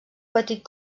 petit